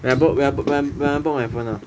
when I bought when I bou~ when I bought my phone ah